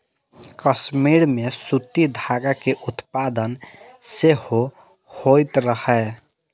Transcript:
कश्मीर मे सूती धागा के उत्पादन सेहो होइत रहै